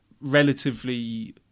relatively